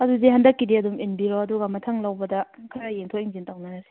ꯑꯗꯨꯗꯤ ꯍꯟꯗꯛꯀꯤꯗꯤ ꯑꯗꯨꯝ ꯏꯟꯕꯤꯔꯣ ꯑꯗꯨꯒ ꯃꯊꯪ ꯂꯧꯕꯗ ꯈꯔ ꯌꯦꯡꯊꯣꯛ ꯌꯦꯡꯁꯤꯟ ꯇꯧꯅꯔꯁꯤ